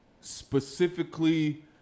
specifically